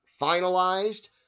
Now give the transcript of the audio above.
finalized